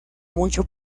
mucho